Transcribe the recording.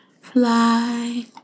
fly